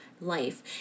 life